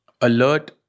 alert